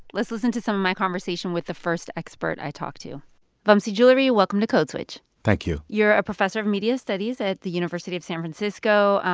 let's listen to some of my conversation with the first expert i talked to vamsee juluri, welcome to code switch thank you you're a professor of media studies at the university of san francisco.